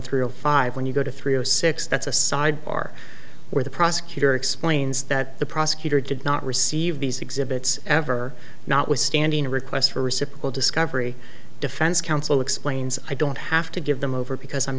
of five when you go to three or six that's a sidebar where the prosecutor explains that the prosecutor did not receive these exhibits ever notwithstanding a request for reciprocal discovery defense counsel explains i don't have to give them over because i'm